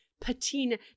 patina